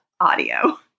audio